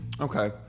Okay